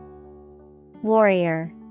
Warrior